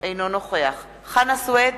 אינו נוכח חנא סוייד,